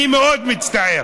אני מאוד מצטער,